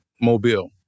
mobile